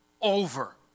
over